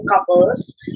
couples